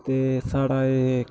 ते साढ़ा एह्